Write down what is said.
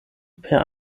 per